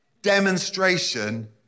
demonstration